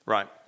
Right